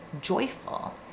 joyful